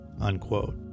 unquote